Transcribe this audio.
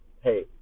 hey